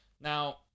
Now